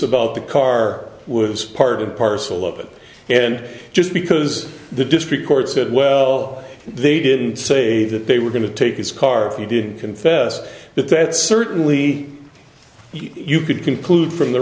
about the car was part and parcel of it and just because the district court said well they didn't say that they were going to take his car if he didn't confess but that certainly you could conclude from the